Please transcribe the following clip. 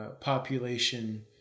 population